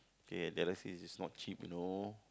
hey dialysis is not cheap you know